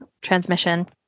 transmission